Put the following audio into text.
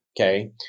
okay